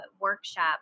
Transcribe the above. workshop